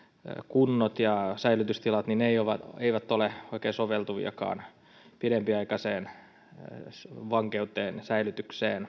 kunnot ja säilytystilat eivät ole oikein soveltuviakaan pidempiaikaiseen vankeuteen säilytykseen